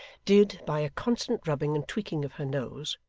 did, by a constant rubbing and tweaking of her nose,